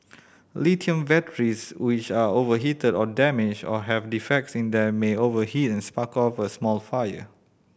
lithium batteries which are overheated or damaged or have defects in them may overheat and spark off a small fire